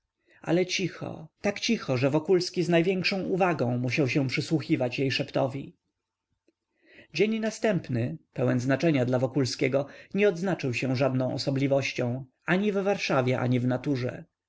ale cicho tak cicho że wokulski z największą uwagą musiał się przysłuchiwać jej szeptowi dzień następny pełen znaczenia dla wokulskiego nie odznaczył się żadną osobliwością ani w warszawie ani w naturze